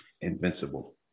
Invincible